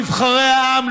נבחרי העם,